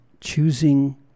choosing